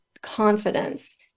confidence